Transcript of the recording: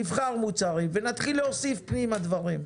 נבחר מוצרים ונתחיל להוסיף פנימה דברים.